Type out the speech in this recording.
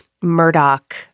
Murdoch